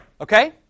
Okay